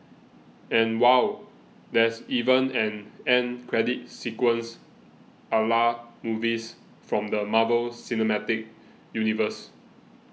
and wow there's even an end credit sequence a la movies from the Marvel cinematic universe